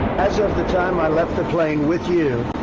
as of the time i left the plane with you,